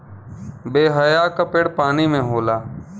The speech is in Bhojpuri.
बेहया क पेड़ पानी में होला